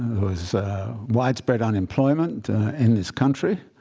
was widespread unemployment in this country.